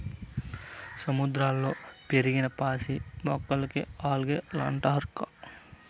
సముద్రంలో పెరిగిన పాసి మొక్కలకే ఆల్గే లంటారక్కా